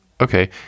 Okay